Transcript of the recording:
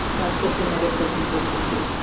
that's just an edit for consistency.